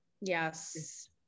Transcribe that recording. Yes